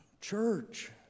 Church